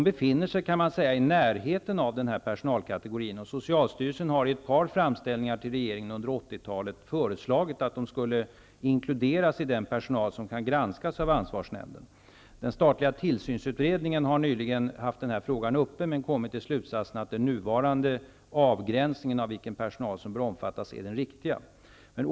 Omsorgspersonal befinner sig i närheten av den här personalkategorien, och socialstyrelsen har i ett par framställningar till regeringen under 80-talet föreslagit att den skulle inkluderas i den personalkategori som i dag kan granskas av ansvarsnämnden. Den statliga tillsynsutredningen har nyligen haft den här frågan uppe, men man har kommit till slutsatsen att den nuvarande avgränsningen när det gäller vilken kategori av personal som bör omfattas är den riktiga.